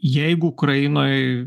jeigu ukrainoj